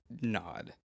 nod